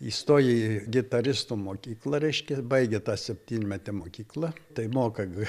įstojo į gitaristų mokyklą reiškia baigė tą septynmetę mokyklą tai moka